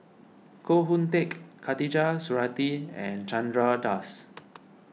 Koh Hoon Teck Khatijah Surattee and Chandra Das